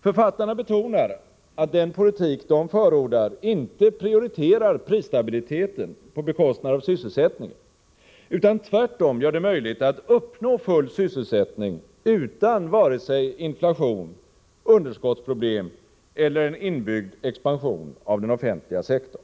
Författarna betonar att den politik de förordar inte prioriterar prisstabiliteten på bekostnad av sysselsättningen utan tvärtom gör det möjligt att uppnå full sysselsättning utan vare sig inflation, underskottsproblem eller en inbyggd expansion av den offentliga sektorn.